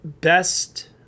best